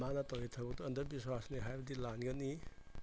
ꯃꯥꯅ ꯇꯧꯔꯤ ꯊꯕꯛꯇꯣ ꯑꯥꯟꯗꯕꯤꯁ꯭ꯋꯥꯁꯅꯤ ꯍꯥꯏꯕꯗꯤ ꯂꯥꯟꯒꯅꯤ